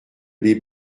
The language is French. les